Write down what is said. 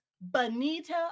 Bonita